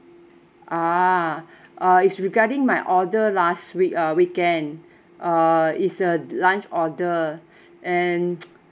ah uh it's regarding my order last week uh weekend uh it's a lunch order and